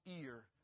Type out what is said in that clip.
ear